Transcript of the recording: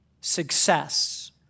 success